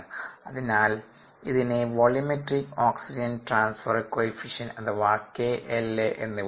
അതിനാൽ ഇതിനെ volumetric oxygen transfer coefficient അഥവാ KLa എന്ന്വിളിക്കുന്നു